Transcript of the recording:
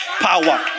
power